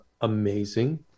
amazing